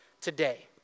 today